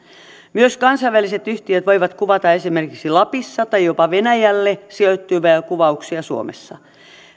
myös kansainväliset yhtiöt voivat kuvata esimerkiksi lapissa tai jopa venäjälle sijoittuvia kuvauksia suomessa